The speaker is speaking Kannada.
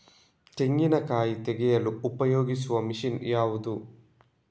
ತೆಂಗಿನಕಾಯಿ ತೆಗೆಯಲು ಉಪಯೋಗಿಸುವ ಮಷೀನ್ ಯಾವುದು?